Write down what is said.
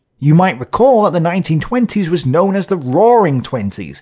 you might recall that the nineteen twenty s was known as the roaring twenty s,